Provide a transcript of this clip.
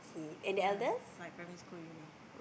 ya like primary school already